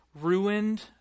ruined